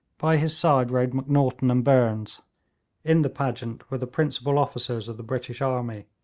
by his side rode macnaghten and burnes in the pageant were the principal officers of the british army.